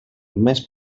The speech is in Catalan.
més